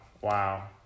wow